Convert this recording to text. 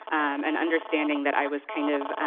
and understanding that i was kind of